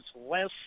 less